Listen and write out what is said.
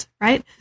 right